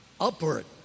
upward